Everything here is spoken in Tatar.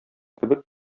кебек